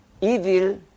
evil